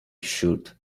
shoot